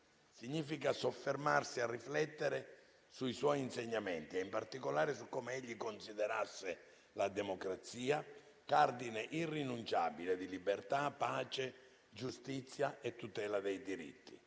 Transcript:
significa soffermarsi a riflettere sui suoi insegnamenti e in particolare su come egli considerasse la democrazia cardine irrinunciabile di libertà, pace, giustizia e tutela dei diritti;